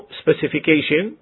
specification